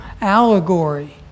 allegory